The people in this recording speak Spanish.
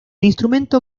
instrumento